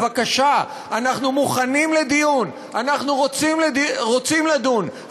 בבקשה, אנחנו מוכנים לדיון, אנחנו רוצים לדון.